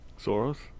Soros